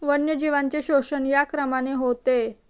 वन्यजीवांचे शोषण या क्रमाने होते